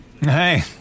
Hey